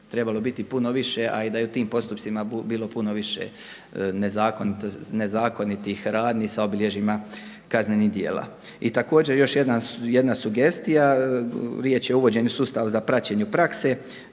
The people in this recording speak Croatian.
trebalo biti puno više, a i da je u tim postupcima bilo puno više nezakonitih radnji sa obilježjima kaznenih djela. I također još jedna sugestija, riječ je o uvođenju sustava za praćenje prakse.